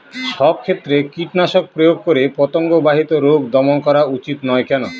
সব ক্ষেত্রে কীটনাশক প্রয়োগ করে পতঙ্গ বাহিত রোগ দমন করা উচিৎ নয় কেন?